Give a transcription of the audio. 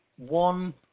One